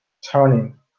turning